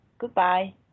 Goodbye